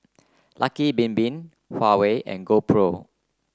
Lucky Bin Bin Huawei and GoPro